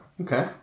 Okay